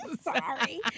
Sorry